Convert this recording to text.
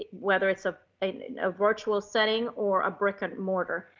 whether it's ah in a virtual setting or a brick and mortar,